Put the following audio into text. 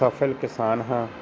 ਸਫ਼ਲ ਕਿਸਾਨ ਹਾਂ